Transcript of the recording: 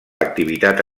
activitat